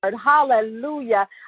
Hallelujah